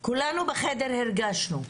כל היושבים בחדר הרגישו.